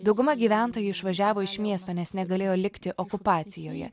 dauguma gyventojų išvažiavo iš miesto nes negalėjo likti okupacijoje